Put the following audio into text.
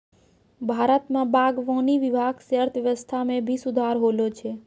भारत मे बागवानी विभाग से अर्थव्यबस्था मे भी सुधार होलो छै